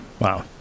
Wow